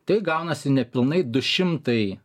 tai gaunasi nepilnai du šimtai